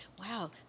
wow